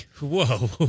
Whoa